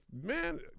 man